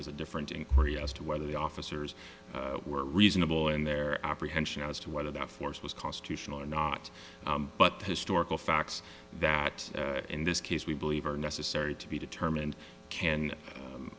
is a different inquiry as to whether the officers were reasonable in their apprehension as to whether that force was constitutional or not but the historical facts that in this case we believe are necessary to be determined can u